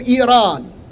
Iran